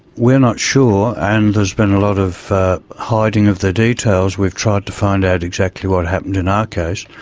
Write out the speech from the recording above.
we're not sure, and there has been a lot of hiding of the details. we've tried to find out exactly what happened in our case.